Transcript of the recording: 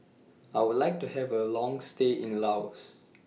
I Would like to Have A Long stay in Laos